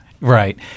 right